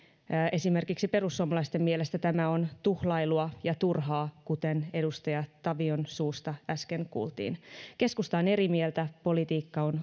esimerkiksi perussuomalaisten mielestä tämä on tuhlailua ja turhaa kuten edustaja tavion suusta äsken kuultiin keskusta on erimieltä politiikka on